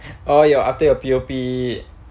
oh ya after your P_O_P